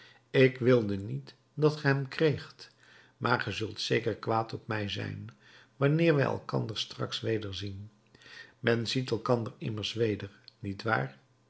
ik wilde niet dat ge hem kreegt maar ge zult zeker kwaad op mij zijn wanneer wij elkander straks wederzien men ziet elkander immers weder niet waar